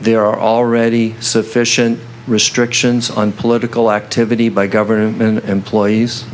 there are already sufficient restrictions on political activity by government employees